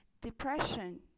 depression